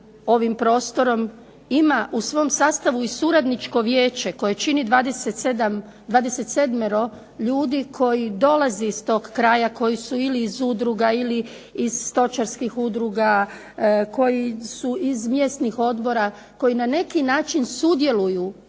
ovim prostorom ima u svom sastavu i suradničko vijeće koje čini 27-ero ljudi koji dolaze iz tog kraja, koji su ili iz udruga ili iz stočarskih udruga, koji su iz mjesnih odbora, koji na neki način sudjeluju